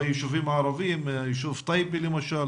ביישובים הערביים, ביישוב טייבה למשל.